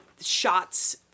shots